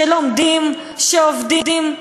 שלומדים, שעובדים.